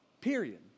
Period